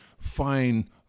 fine